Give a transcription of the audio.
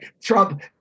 Trump